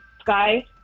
sky